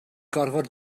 gorfod